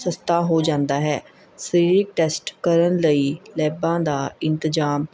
ਸਸਤਾ ਹੋ ਜਾਂਦਾ ਹੈ ਸਰੀਰਕ ਟੈਸਟ ਕਰਨ ਲਈ ਲੈਬਾਂ ਦਾ ਇੰਤਜਾਮ